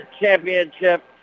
championship